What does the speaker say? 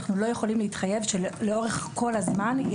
אנחנו לא יכולים להתחייב שלאורך כל הזמן היא